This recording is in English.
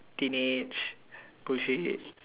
teenage bullshit it